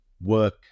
work